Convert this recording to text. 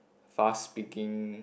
fast speaking